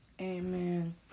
Amen